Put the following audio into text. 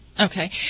Okay